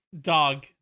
dog